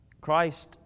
Christ